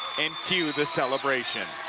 and cue the celebration.